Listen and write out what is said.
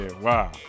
wow